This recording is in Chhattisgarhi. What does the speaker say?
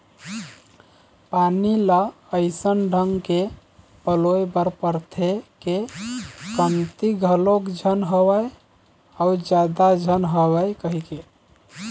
पानी ल अइसन ढंग के पलोय बर परथे के कमती घलोक झन होवय अउ जादा झन होवय कहिके